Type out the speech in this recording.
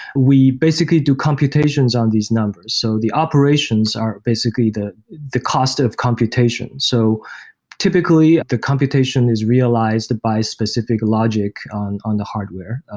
we basically do computations on these numbers. so the operations are basically the the cost of computation. so typically, the computation is realized by specific logic on on the hardware,